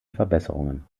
verbesserungen